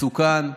מסוכן,